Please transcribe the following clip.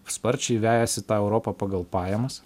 sparčiai vejasi tą europą pagal pajamas